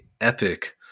epic